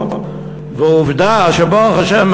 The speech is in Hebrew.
ועובדה שברוך השם,